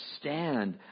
stand